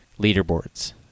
leaderboards